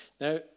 Now